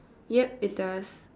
ya it does